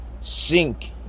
Sink